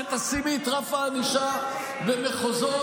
כשתשימי את רף הענישה במחוזות,